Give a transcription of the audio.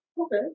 Okay